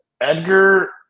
Edgar